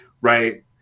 Right